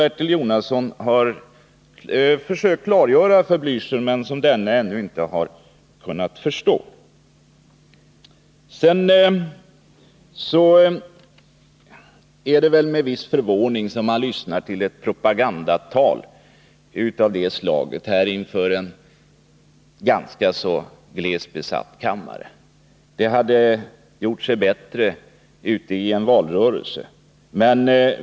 Bertil Jonasson har försökt klargöra situationen för Raul Blächer, men denne har ännu inte kunnat förstå den. Det var med viss förvåning som jag lyssnade till det propagandatal som Raul Blächer höll inför en ganska glest besatt kammare. Talet hade gjort sig bättre ute i en valrörelse.